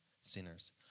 sinners